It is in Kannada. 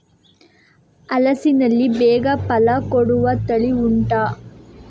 ಹಲಸಿನಲ್ಲಿ ಬೇಗ ಫಲ ಕೊಡುವ ತಳಿ ಉಂಟಾ